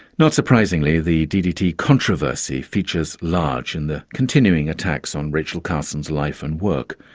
not surprisingly the ddt controversy features large in the continuing attacks on rachel carson's life and work,